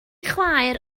chwaer